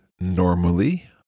normally